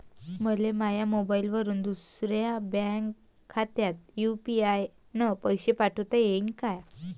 मले माह्या मोबाईलवरून दुसऱ्या बँक खात्यात यू.पी.आय न पैसे पाठोता येईन काय?